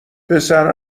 پسر